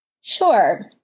Sure